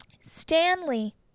Stanley